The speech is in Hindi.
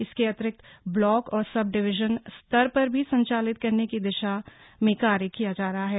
इसके अतिरिक्त ब्लॉक और सब डिविजन स्तर पर भी संचालित करने की दिशा मे कार्य किया जा रहा हैं